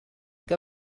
que